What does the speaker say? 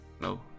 no